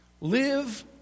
Live